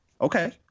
Okay